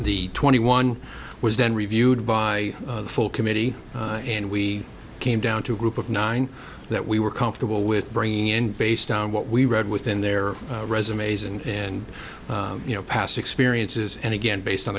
the twenty one was then reviewed by the full committee and we came down to a group of nine that we were comfortable with bringing in based on what we read within their resumes and and you know past experiences and again based on